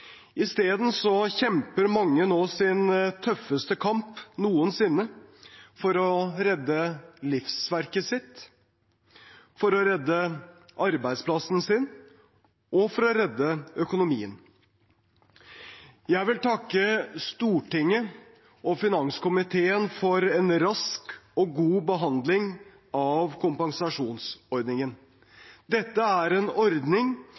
I stedet kjemper mange nå sin tøffeste kamp noensinne for å redde livsverket sitt, for å redde arbeidsplassen sin og for å redde økonomien. Jeg vil takke Stortinget og finanskomiteen for en rask og god behandling av kompensasjonsordningen. Dette er en ordning